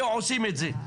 היו עושים את זה.